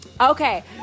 Okay